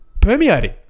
permeating